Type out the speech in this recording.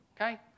okay